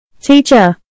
Teacher